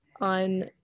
on